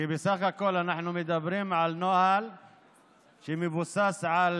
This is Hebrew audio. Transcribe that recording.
כי בסך הכול אנחנו מדברים על נוהל שמבוסס על